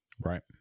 right